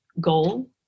goal